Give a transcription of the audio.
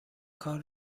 کار